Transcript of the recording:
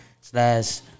Slash